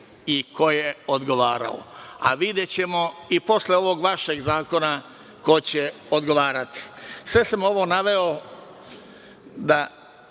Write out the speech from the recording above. i ko je odgovarao, a videćemo i posle ovog vašeg zakona ko će odgovarati. Sve sam ovo naveo da